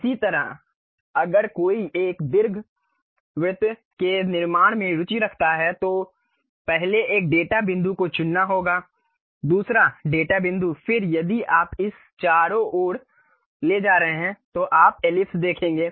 इसी तरह अगर कोई एक दीर्घवृत्त के निर्माण में रुचि रखता है तो पहले एक डेटा बिंदु को चुनना होगा दूसरा डेटा बिंदु फिर यदि आप इसे चारों ओर ले जा रहे हैं तो आप एलिप्स देखेंगे